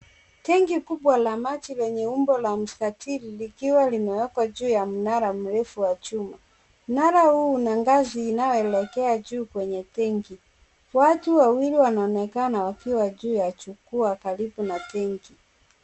Tenki kubwa la maji lenye umbo la mstatili likiwa limeekwa juu ya mnara mrefu wa chuma, mnara huu una ngazi inayoelekea juu kwenye tenki , watu wawili wanaonekana wakiwa juu ya jukwaa karibu na tenki .